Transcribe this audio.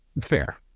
Fair